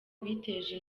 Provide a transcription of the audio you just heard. biteje